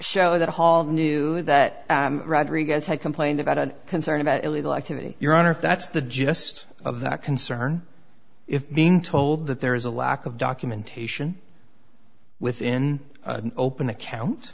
show that hall knew that rodriguez had complained about a concern about illegal activity your honor if that's the gist of that concern if being told that there is a lack of documentation within an open account